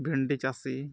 ᱵᱷᱮᱱᱰᱤ ᱪᱟᱹᱥᱤ